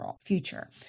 future